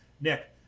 Nick